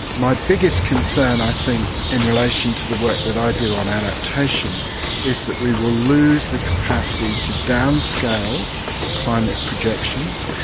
my biggest concern i think in relation to the work that i do on adaptation is that we will lose the capacity to downscale climate projections,